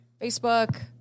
Facebook